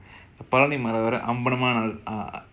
I I I said fish not that word ah